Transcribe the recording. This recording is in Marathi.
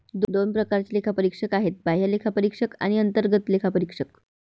दोन प्रकारचे लेखापरीक्षक आहेत, बाह्य लेखापरीक्षक आणि अंतर्गत लेखापरीक्षक